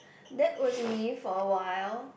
that was me for awhile